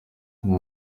nta